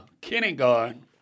kindergarten